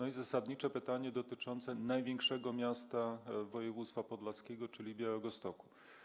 I zasadnicze pytanie dotyczące największego miasta województwa podlaskiego, czyli Białegostoku.